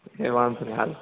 વાંધો નય